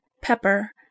pepper